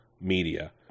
media